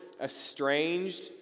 estranged